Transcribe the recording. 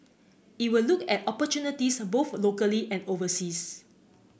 it will look at opportunities both locally and overseas